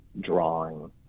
drawing